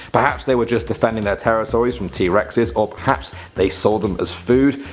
perhaps they were just defending their territories from t rexes or perhaps they saw them as food.